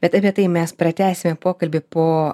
bet apie tai mes pratęsime pokalbį po